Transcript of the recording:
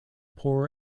poor